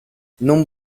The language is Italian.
non